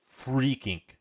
freaking